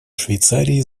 швейцарии